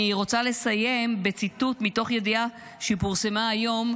אני רוצה לסיים בציטוט מתוך ידיעה שפורסמה היום,